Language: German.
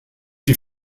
die